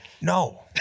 No